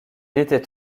était